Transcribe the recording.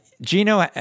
gino